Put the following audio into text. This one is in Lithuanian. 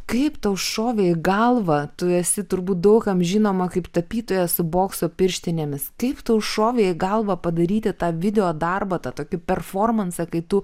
kaip tau šovė į galvą tu esi turbūt daug kam žinoma kaip tapytoja su bokso pirštinėmis kaip tau šovė į galvą padaryti tą video darbą tą tokį performansą kai tu